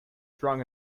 strong